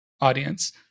audience